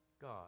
God